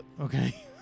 okay